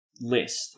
list